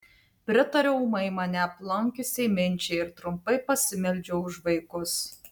pritariau ūmai mane aplankiusiai minčiai ir trumpai pasimeldžiau už vaikus